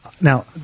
Now